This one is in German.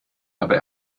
aber